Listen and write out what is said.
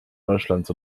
deutschlands